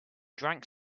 drank